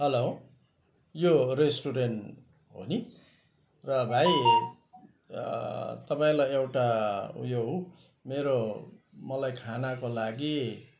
hello यो restaurant हो नि र भाइ तपाईँलाई एउटा उयो हो मेरो मलाई खानाको लागि